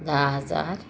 दहा हजार